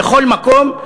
בכל מקום,